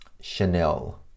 Chanel